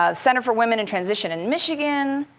ah center for women in transition in michigan,